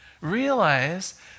realize